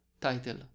title